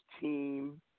team